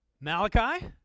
Malachi